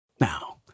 Now